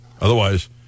Otherwise